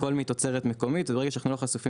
הכל מתוצרת מקומית וברגע שאנחנו לא חשופים